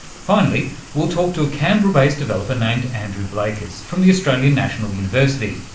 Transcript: finally we'll talk to a canberra-based developer named andrew blakers from the australian national university.